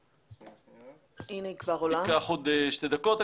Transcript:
ייקח עוד שתי דקות.